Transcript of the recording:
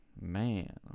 Man